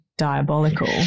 diabolical